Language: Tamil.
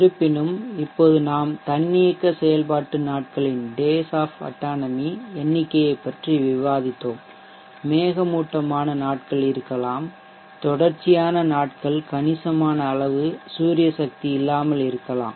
இருப்பினும் இப்போது நாம் தன்னியக்க செயல்பாட்டு நாட்களின் எண்ணிக்கையைப் பற்றி விவாதித்தோம் மேகமூட்டமான நாட்கள் இருக்கலாம் தொடர்ச்சியான நாட்கள் கணிசமான அளவு சூரிய சக்தி இல்லாமல் இருக்கலாம்